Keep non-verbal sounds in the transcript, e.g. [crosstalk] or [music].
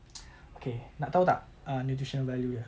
[noise] okay nak tahu tak uh nutritional value dia